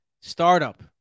startup